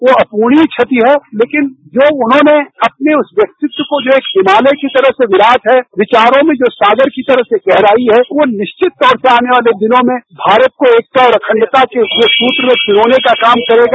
वह अप्रणीय क्षति है लेकिन जो उन्होंने अपने उस व्यक्तित्व को एक हिमालय की तरह विराट है विचारों में जो सागर की तरह गहराई है वह निरियत तौर पर आने वाले दिनों में भारत को एकता और अखण्डता के एक सूत्र में रिपोने का काम करेगा